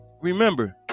Remember